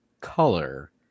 Color